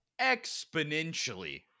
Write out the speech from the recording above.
exponentially